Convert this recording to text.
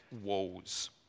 woes